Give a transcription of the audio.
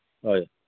ꯍꯣꯏ